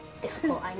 Difficult